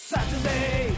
Saturday